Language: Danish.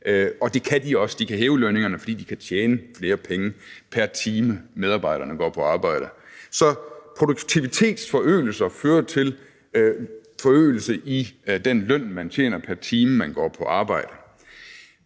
og det kan de også. De kan hæve lønningerne, fordi de kan tjene flere penge pr. time, medarbejderne går på arbejde. Så produktivitetsforøgelse fører til forøgelse i den løn, man tjener pr. time, man går på arbejde.